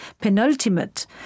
penultimate